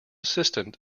assistant